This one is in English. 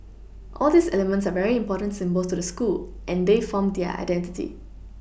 all these elements are very important symbols to the school and they form their identity